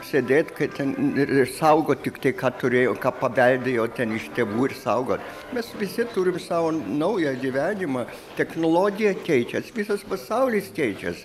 sėdėt kai ten ir išsaugot tik tai ką turėjo ką paveldėjo ten iš tėvų ir saugo mes visi turim savo naują gyvenimą technologija keičias visas pasaulis keičias